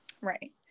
Right